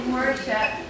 worship